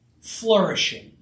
Flourishing